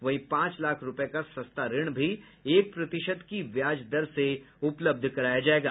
वहीं पांच लाख रूपये का सस्ता ऋण भी एक प्रतिशत की ब्याज दर से उपलब्ध कराया जायेगा